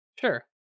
Sure